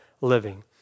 living